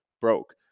broke